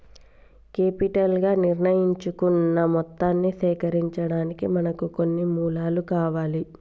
capital గా నిర్ణయించుకున్న మొత్తాన్ని సేకరించడానికి మనకు కొన్ని మూలాలు కావాలి